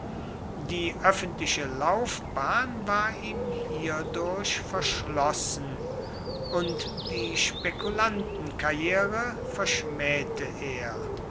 die öffentliche laufbahn war ihm hierdurch verschlossen und die spekulantenkarriere verschmähte er